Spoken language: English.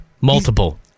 Multiple